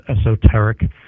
esoteric